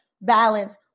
balance